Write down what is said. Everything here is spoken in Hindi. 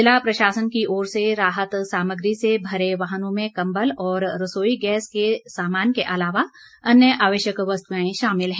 जिला प्रशासन की ओर से राहत सामग्री से भरे वाहनों में कम्बल और रसोई के सामान के अलावा अन्य आवश्यक वस्तुएं शामिल हैं